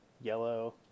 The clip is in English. yellow